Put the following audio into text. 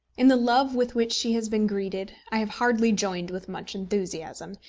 in the love with which she has been greeted i have hardly joined with much enthusiasm,